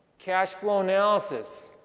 cash flow analysis,